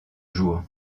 jour